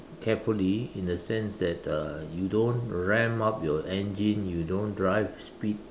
carefully in a sense that uh you don't ramp up your engine you don't drive speed